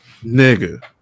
Nigga